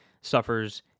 suffers